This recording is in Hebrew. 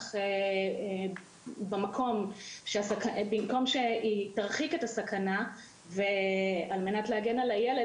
אך במקום שהיא תרחיק את הסכנה על מנת להגן על הילד,